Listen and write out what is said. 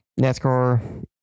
NASCAR